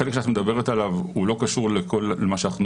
החלק שאת מדברת עליו לא קשור לכל מה שאנחנו